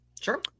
Sure